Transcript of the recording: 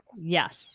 Yes